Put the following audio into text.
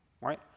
Right